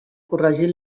corregir